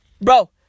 Bro